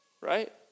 right